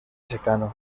secano